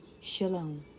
Shalom